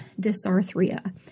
dysarthria